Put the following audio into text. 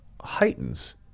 heightens